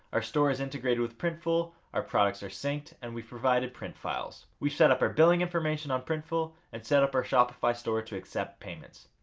our store is integrated with printful our products are synced and we've provided print files. we've set up our billing information on printful and set up our shopify store to accept payments.